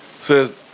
says